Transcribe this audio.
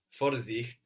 Vorsicht